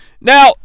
Now